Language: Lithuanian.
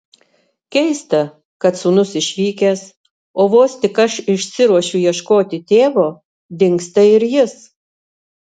keista kad sūnus išvykęs o vos tik aš išsiruošiu ieškoti tėvo dingsta ir jis